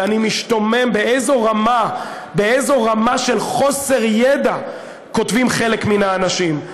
ואני משתומם באיזו רמה של חוסר ידע חלק מהאנשים כותבים.